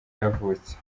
yavutse